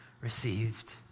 received